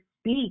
speak